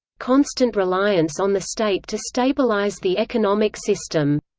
constant reliance on the state to stabilise the economic system.